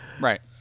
right